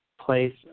place